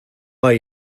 hay